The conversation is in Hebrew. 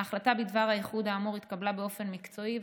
ההחלטה בדבר האיחוד האמור התקבלה באופן מקצועי,